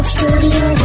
Studio